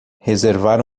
reservar